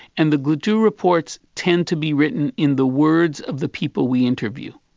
and the gladue reports tend to be written in the words of the people we interview.